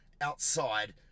outside